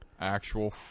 actual